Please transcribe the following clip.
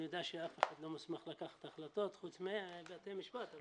אני יודע שאף אחד לא מוסמך לקחת החלטות חוץ מבתי משפט.